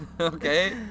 Okay